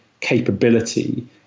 capability